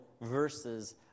verses